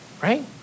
Right